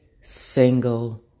single